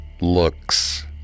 looks